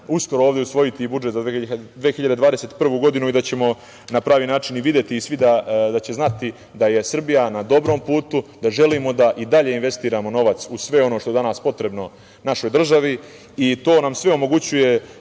uskoro ovde usvojiti budžet za 2021. godinu i da ćemo na pravi način videti i svi da će znati da je Srbija na dobrom putu, da želimo da i dalje investiramo novac u sve ono što je danas potrebno našoj državi. To nam sve omogućuje